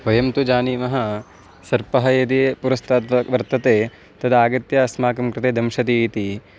वयं तु जानीमः सर्पः यदि पुरस्ताद्वा वर्तते तदागत्य अस्माकं कृते दंशति इति